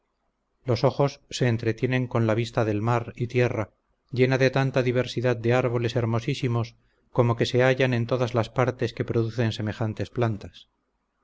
los ojos se entretienen con la vista de mar y tierra llena de tanta diversidad de árboles hermosísimos como se hallan en todas las partes que producen semejantes plantas